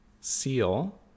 Seal